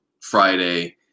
Friday –